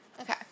Okay